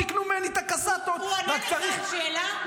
תקנו ממני את הקסטות -- הוא ענה לך על השאלה?